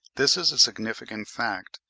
this is a significant fact,